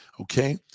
Okay